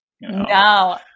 No